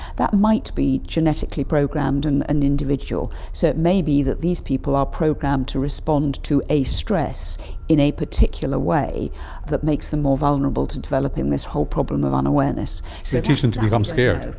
that might be genetically programmed in an individual, so it may be that these people are programmed to respond to a stress in a particular way that makes them more vulnerable to developing this whole problem of unawareness. so teach them to become scared.